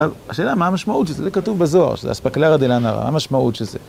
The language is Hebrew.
‫השאלה היא מה המשמעות של זה? ‫זה כתוב בזוהר, ‫שזה הספקלריא דלא נארא. ‫מה המשמעות של זה?